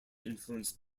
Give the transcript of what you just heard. influenced